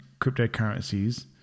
cryptocurrencies